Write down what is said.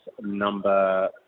number